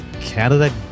Canada